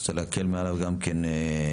את רוצה להקל מעליו גם כן,